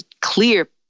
clear